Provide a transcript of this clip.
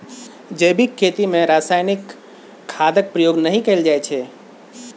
जैबिक खेती मे रासायनिक खादक प्रयोग नहि कएल जाइ छै